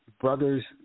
brothers